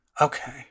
Okay